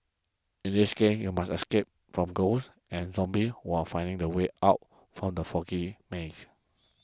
in this game you must escape from ghosts and zombies while finding the way out from the foggy maze